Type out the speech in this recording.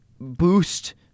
boost